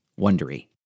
Wondery